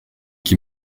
qui